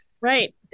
right